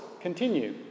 continue